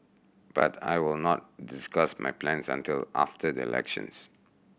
but I will not discuss my plans until after the elections